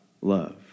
love